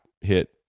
hit